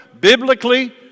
biblically